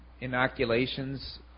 inoculations